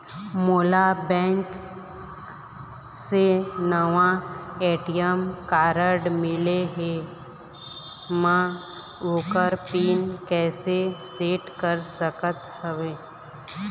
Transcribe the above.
मोला बैंक से नावा ए.टी.एम कारड मिले हे, म ओकर पिन कैसे सेट कर सकत हव?